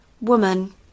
Woman